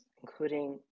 including